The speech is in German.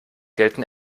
gelten